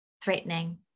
threatening